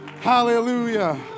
Hallelujah